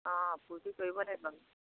অঁ ফূৰ্তি কৰিব লাগিব